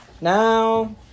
Now